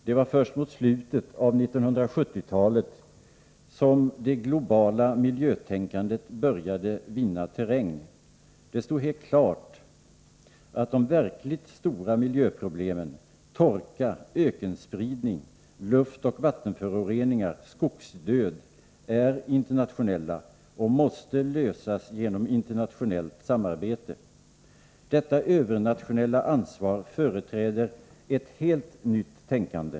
Det var först mot slutet av 1970-talet som det globala miljötänkandet började vinna terräng. Det stod helt klart att de verkligt stora miljöproblemen -— torka, ökenspridning, luftoch vattenföroreningar, skogsdöd — är internationella och måste lösas genom internationellt samarbete. Detta övernationella ansvar företräder ett helt nytt tänkande.